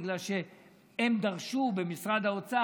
בגלל שהם דרשו במשרד האוצר,